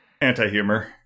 Anti-humor